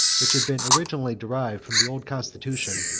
which had been originally derived from the old constitution,